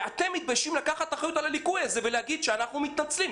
ואתם מתביישים לקחת אחריות על הליקוי הזה ולהגיד: אנחנו מתנצלים.